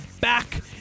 back